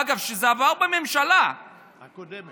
אגב, שזה עבר בממשלה, הקודמת.